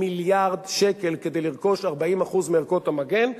מיליארד שקל כדי לרכוש 40% מערכות המגן.